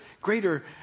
greater